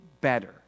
better